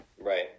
Right